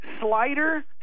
slider